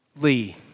Lee